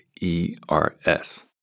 E-R-S